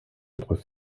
autres